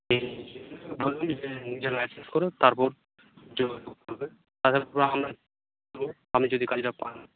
নিজের লাইসেন্স করুন তারপর করবেন তাছাড়া আপনি যদি কাজটা পান